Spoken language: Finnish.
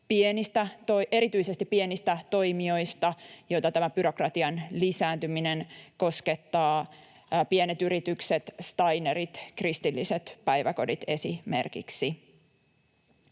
erityisesti pienistä toimijoista, joita tämä byrokratian lisääntyminen koskettaa: esimerkiksi pienistä yrityksistä, steinereista, kristillisistä päiväkodeista.